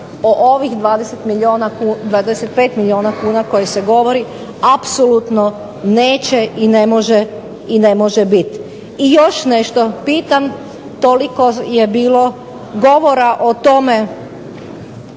od ovih 25 milijuna kuna o kojima se govori apsolutno neće i ne može biti. I još nešto, pitam toliko je bilo govora o tome